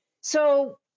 So-